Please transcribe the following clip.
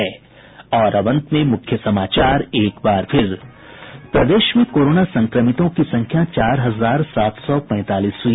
और अब अंत में मुख्य समाचार एक बार फिर प्रदेश में कोरोना संक्रमितों की संख्या चार हजार सात सौ पैंतालीस हुई